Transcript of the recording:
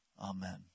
Amen